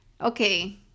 okay